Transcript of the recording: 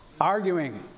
arguing